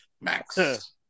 max